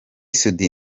soudy